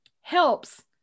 helps